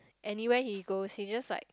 anywhere he goes he just like